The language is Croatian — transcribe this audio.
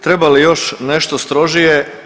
Treba li još nešto strožije?